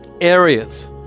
areas